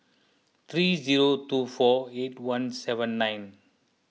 three zero two four eight one seven nine